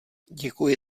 děkuji